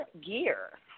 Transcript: gear